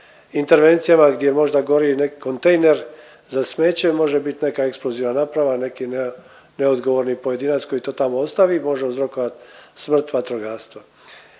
intervencijama gdje možda gori neki kontejner za smeće može biti neka eksplozivna naprava, neki neodgovorni pojedinac koji to tamo ostavi, može uzrokovati smrt vatrogastva.